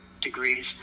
degrees